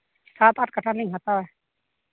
ᱥᱟᱛ ᱟᱴ ᱠᱟᱴᱷᱟᱞᱤᱧ ᱦᱟᱛᱟᱣᱟ